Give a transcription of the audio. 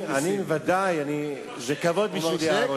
ודאי, זה כבוד בשבילי.